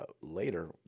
later